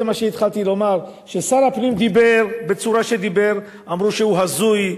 מה שהתחלתי קודם לומר: כששר הפנים דיבר בצורה שדיבר אמרו שהוא הזוי,